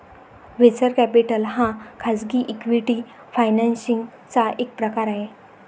venture capital हा खाजगी equity financing चा एक प्रकार आहे